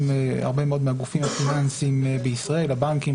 הרבה מאוד מהגופים הפיננסיים בישראל הבנקים,